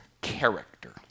character